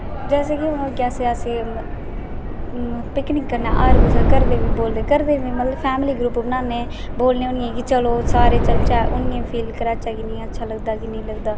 जैसे की हून जैसे की तकनीक कनम्नै कुसै घर दे बी मतलब फैमिली ग्रूप बनाने बोलनै की सारे चलचै फील कराने आं की अच्छा लगदा की निं लगदा